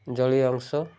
ଜଳୀୟ ଅଂଶ